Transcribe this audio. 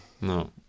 No